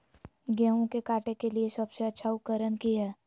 गेहूं के काटे के लिए सबसे अच्छा उकरन की है?